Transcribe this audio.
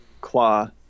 Claw